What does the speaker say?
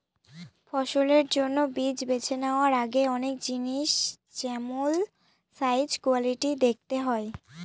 ফসলের জন্য বীজ বেছে নেওয়ার আগে অনেক জিনিস যেমল সাইজ, কোয়ালিটি দেখতে হয়